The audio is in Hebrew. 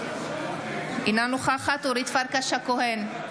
אינה נוכחת אורית פרקש הכהן,